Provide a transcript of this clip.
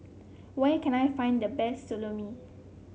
where can I find the best Salami